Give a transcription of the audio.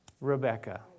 Rebecca